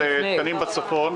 על תקנים בצפון,